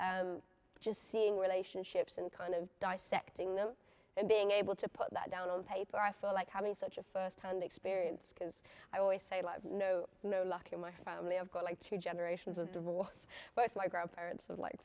will just seeing relationships and kind of dissecting them and being able to put that down on paper i feel like having such a first hand experience because i always say a lot no no luck in my family of course like to generations of divorce but my grandparents would li